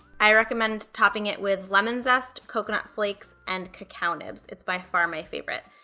i recommend topping it with lemon zest, coconut flakes, and cacao nibs, it's by far my favorite.